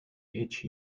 each